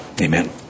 amen